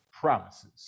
promises